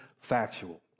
factual